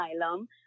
asylum